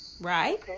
Right